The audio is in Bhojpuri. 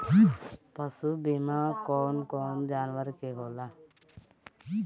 पशु बीमा कौन कौन जानवर के होला?